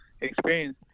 experience